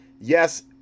yes